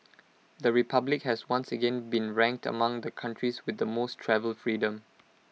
the republic has once again been ranked among the countries with the most travel freedom